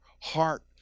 heart